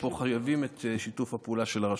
ופה חייבים את שיתוף הפעולה של הרשות.